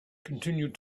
continued